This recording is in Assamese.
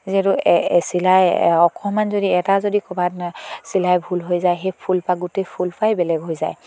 যিহেতু চিলাই অকণমান যদি এটা যদি ক'ৰবাত চিলাই ভুল হৈ যায় সেই ফুলপা গোটেই ফুল পাহেই বেলেগ হৈ যায়